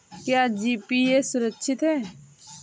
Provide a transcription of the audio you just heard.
क्या जी.पी.ए सुरक्षित है?